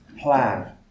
plan